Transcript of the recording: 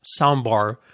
soundbar